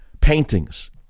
paintings